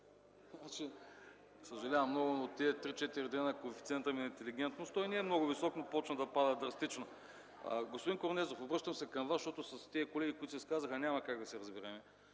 Съжалявам много, тези 3-4 дни коефициентът ми на интелигентност – той не е много висок, но започна да пада драстично. Господин Корнезов, обръщам се към Вас, защото с тези колеги, които се изказаха, няма как да се разберем.